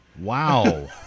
Wow